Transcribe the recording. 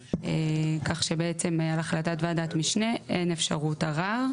כך שבעצם על החלטת ועדת משנה אין אפשרות ערר.